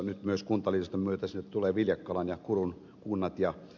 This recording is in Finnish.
nyt myös kuntaliitosten myötä sinne tulee viljakkalan ja kurun kunnat